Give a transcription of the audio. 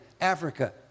Africa